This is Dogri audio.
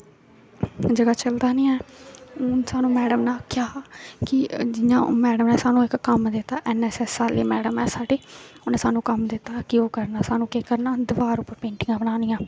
जगह चलदा नेईं ऐ हून स्हानू मैडम ने आक्खेआ हा कि जियां मैडम ने स्हानू इक कम्म कीता एनएसएस आहली मैडम ऐ साढ़ी उंहे स्हानू कम्म दित्ता कि ओह् करना स्हानू केह् करना दिवार च पैटिंगा बनानियां